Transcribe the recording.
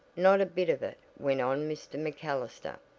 not a bit of it, went on mr. macallister.